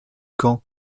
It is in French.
camps